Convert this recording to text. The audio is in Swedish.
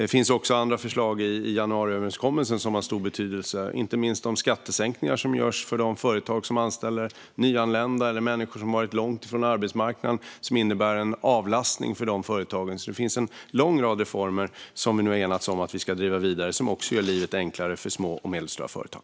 Det finns också andra förslag i januariöverenskommelsen som har stor betydelse, inte minst om skattesänkningar för de företag som anställer nyanlända eller människor som har varit långt ifrån arbetsmarknaden. Det innebär en avlastning för de företagen. Det finns alltså en lång rad reformer, som vi nu har enats om att vi ska driva vidare, som gör livet enklare för små och medelstora företag.